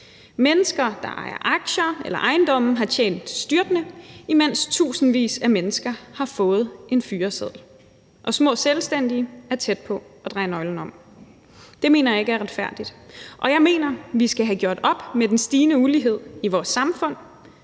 Mennesker, der ejer aktier eller ejendomme, har tjent styrtende, imens tusindvis af mennesker har fået en fyreseddel og små selvstændige er tæt på at dreje nøglen om. Det mener jeg ikke er retfærdigt. Og jeg mener, vi skal have gjort op med den stigende ulighed i vores samfund.